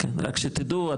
רק שתדעו,